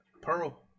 Pearl